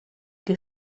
que